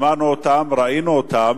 שמענו אותן, ראינו אותן,